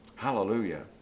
Hallelujah